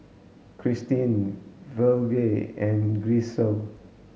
Christene Virgle and Gisele